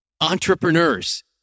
Entrepreneurs